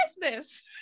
business